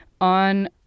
on